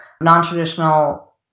Non-traditional